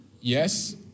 yes